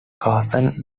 kazan